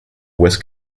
west